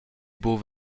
buc